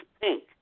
pink